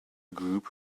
group